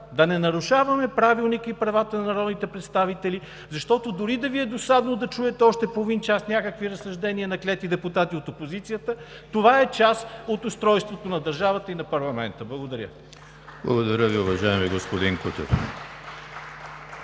Да не нарушаваме Правилника и правата на народните представители, защото дори да Ви е досадно да чуете още половин час някакви разсъждения на клети депутати от опозицията, това е част от устройството на държавата и на парламента! Благодаря. (Ръкопляскания от